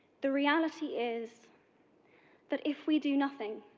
the reality is that if we do nothing